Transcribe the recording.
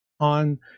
on